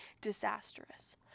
disastrous